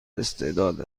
استعداد